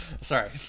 sorry